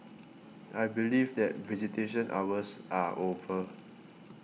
I believe that visitation hours are over